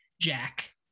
Jack